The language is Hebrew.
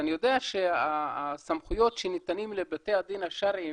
אני יודע שהסמכויות שניתנות לבתי הדין השרעיים